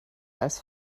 als